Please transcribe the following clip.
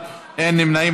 41, אין נמנעים.